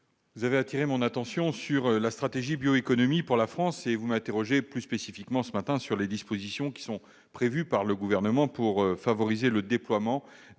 vous appelez mon attention sur la « stratégie bioéconomie pour la France » et m'interrogez plus spécifiquement sur les dispositions prévues par le Gouvernement pour favoriser le déploiement